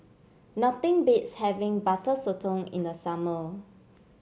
nothing beats having Butter Sotong in the summer